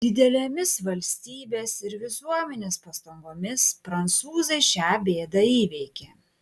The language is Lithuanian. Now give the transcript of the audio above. didelėmis valstybės ir visuomenės pastangomis prancūzai šią bėdą įveikė